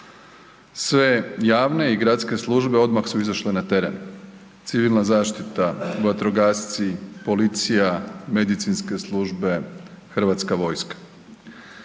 Sve javne i gradske službe odmah su izašle na teren, civilna zaštita, vatrogasci, policija, medicinske službe, hrvatska vojska